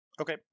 Okay